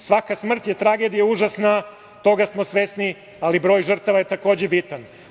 Svaka smrt je tragedija užasna, toga smo svesni, ali broj žrtava je takođe bitan.